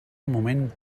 moment